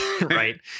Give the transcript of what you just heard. right